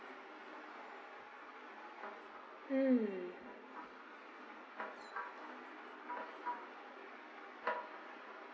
mm